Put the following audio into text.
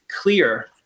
clear